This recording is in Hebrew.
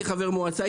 הייתי חבר מועצה,